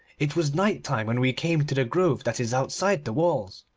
it was night time when we came to the grove that is outside the walls,